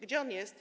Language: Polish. Gdzie on jest?